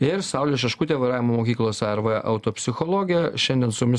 ir saulė šeškutė vairavimo mokyklos arv autopsichologė šiandien su jumis